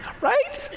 Right